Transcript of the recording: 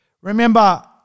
Remember